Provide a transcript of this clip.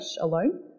alone